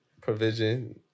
provision